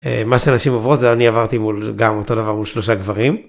מה שהנשים עוברות זה אני עברתי מול, גם אותו דבר, מול שלושה גברים.